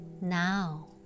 now